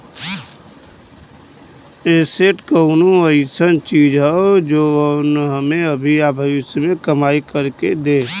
asset कउनो अइसन चीज हौ जौन हमें अभी या भविष्य में कमाई कर के दे